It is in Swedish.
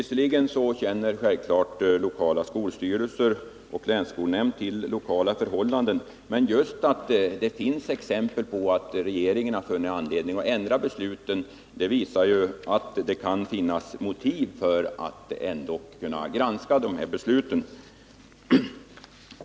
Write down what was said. Sjävfallet känner de lokala skolstyrelserna och länsskolnämnden till de lokala förhållandena, men det faktum att det finns exempel på att regeringen har funnit anledning att ändra beslut om indragning visar, att det ändå kan finnas motiv för en möjlighet till granskning av de lokalt fattade besluten.